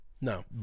No